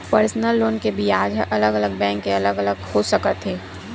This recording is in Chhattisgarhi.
परसनल लोन के बियाज ह अलग अलग बैंक के अलग अलग हो सकत हे